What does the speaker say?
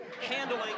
Handling